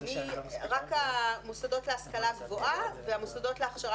רק המוסדות להשכלה גבוהה והמוסדות להכשרה